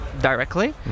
directly